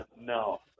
No